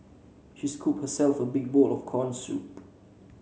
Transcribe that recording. she scooped herself a big bowl of corn soup